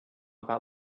about